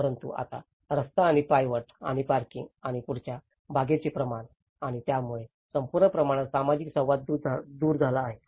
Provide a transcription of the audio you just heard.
परंतु आता रस्ता आणि पायवाट आणि पार्किंग आणि पुढच्या बागेचे प्रमाण आणि त्यामुळे संपूर्ण प्रमाणात सामाजिक संवाद दूर झाला आहे